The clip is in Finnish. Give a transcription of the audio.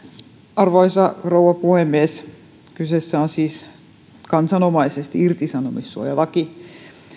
arvoisa rouva puhemies kyseessä on siis kansanomaisesti irtisanomissuojalaki